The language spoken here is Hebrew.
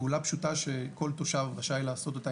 פעולה פשוטה שכל תושב רשאי לעשות אותה,